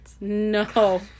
No